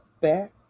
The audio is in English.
best